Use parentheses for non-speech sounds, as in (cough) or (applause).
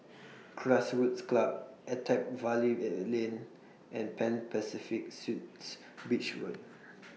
(noise) Grassroots Club Attap Valley (hesitation) Lane and Pan Pacific Suites (noise) Beach Road (noise)